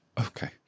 Okay